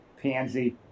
pansy